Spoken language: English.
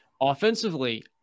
Offensively